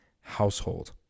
household